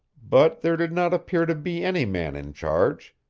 but there did not appear to be any man in charge.